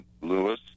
Lewis